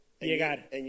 llegar